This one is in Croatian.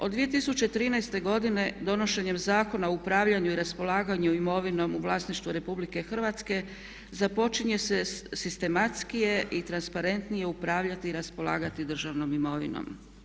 Od 2013. godine donošenjem Zakona o upravljanju i raspolaganju imovinom u vlasništvu RH započinje se sistematskije i transparentnije upravljati i raspolagati državnom imovinom.